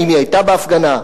האם היא היתה בהפגנה,